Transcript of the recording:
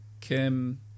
Kim